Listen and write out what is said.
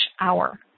hour